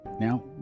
now